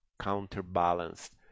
counterbalanced